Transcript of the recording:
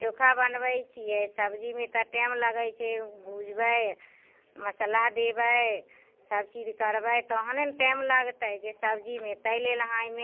चोखा बनबैत छियै सब्जीमे तऽ टाइम लगैत छै भुजबै मसाला देबै सभचीज करबै तखने ने टाइम लगतै सब्जीमे ताहि लेल हम